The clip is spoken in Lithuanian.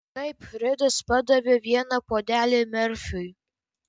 taip ridas padavė vieną puodelį merfiui